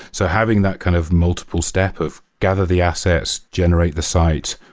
so having that kind of multiple step of gather the assets, generate the site,